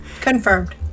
Confirmed